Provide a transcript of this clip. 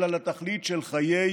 אלא לתכלית של חיי יום-יום.